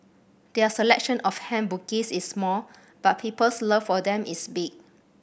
their selection of hand bouquets is small but people's love for them is big